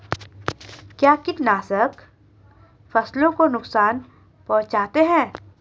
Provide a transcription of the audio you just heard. क्या कीटनाशक फसलों को नुकसान पहुँचाते हैं?